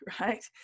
right